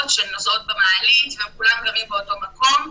שנוסעות במעלית והם כולם גרים באותו מקום,